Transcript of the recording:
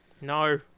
No